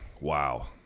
Wow